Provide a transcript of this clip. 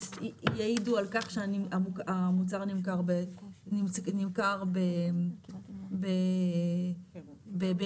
יעידו על כך שהמוצר נמכר באירופה.